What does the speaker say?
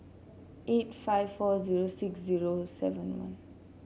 eight five four zero six zero seven one